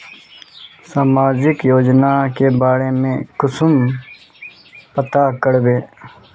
सामाजिक योजना के बारे में कुंसम पता करबे?